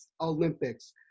Olympics